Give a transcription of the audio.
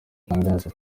atangaza